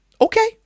Okay